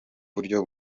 buryo